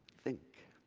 think!